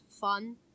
fun